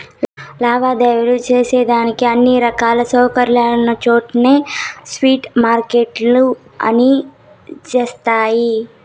లావాదేవీలు సేసేదానికి అన్ని రకాల సౌకర్యాలున్నచోట్నే స్పాట్ మార్కెట్లు పని జేస్తయి